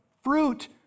fruit